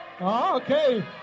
Okay